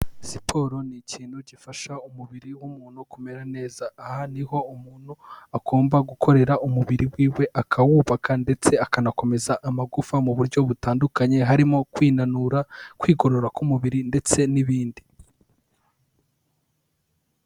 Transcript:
Siporo ni ikintu gifasha umubiri w'umuntu kumera neza, aha niho umuntu agomba gukorera umubiri wiwe akawubaka ndetse akanakomeza amagufa mu buryo butandukanye, harimo kwinanura, kwigorora k'umubiri ndetse n'ibindi.